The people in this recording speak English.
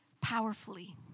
powerfully